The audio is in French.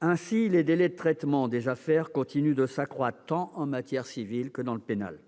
Ainsi, les délais de traitement des affaires continuent de croître, tant en matière civile qu'en matière pénale.